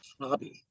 Hobby